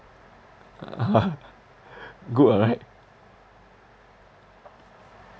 uh good ah right